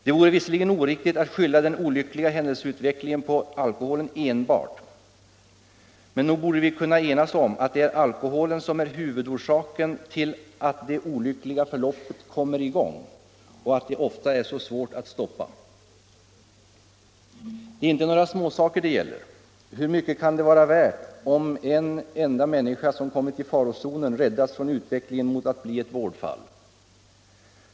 Det vore visserligen oriktigt att skylla den olyckliga händelseutvecklingen på alkoholen enbart, men nog borde vi kunna enas om att det är alkoholen som är huvudorsak till att det olyckliga förloppet kommer i gång och att det ofta är så svårt att stoppa. Det är inte några småsaker det gäller. Hur mycket kan det vara värt om en enda människa, som kommit i farozonen, räddas från utvecklingen mot att bli ett vårdfall?